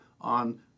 on